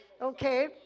Okay